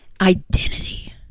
identity